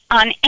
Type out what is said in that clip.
on